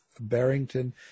Barrington